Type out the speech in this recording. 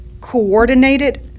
coordinated